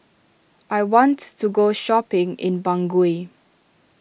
I want to go shopping in Bangui